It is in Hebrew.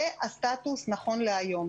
זה הסטטוס נכון להיום.